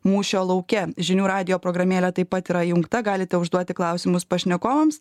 mūšio lauke žinių radijo programėlė taip pat yra įjungta galite užduoti klausimus pašnekovams